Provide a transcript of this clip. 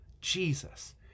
Jesus